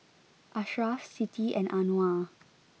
Ashraff Siti and Anuar